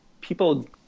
people